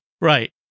right